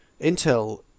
Intel